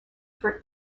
for